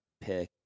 pick